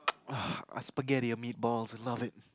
ugh spaghetti and meatballs I love it